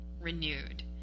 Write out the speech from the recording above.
renewed